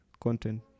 content